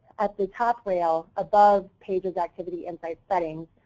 at the top rail above pages activity and site settings,